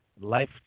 Life